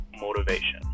motivation